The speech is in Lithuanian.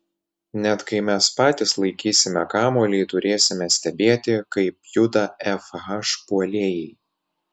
net kai mes patys laikysime kamuolį turėsime stebėti kaip juda fh puolėjai